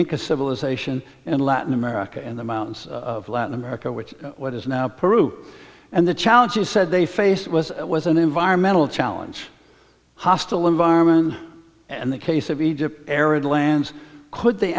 inca civilization in latin america and the mountains of latin america which is what is now peru and the challenges said they face was an environmental challenge hostile environment and the case of egypt arid lands could they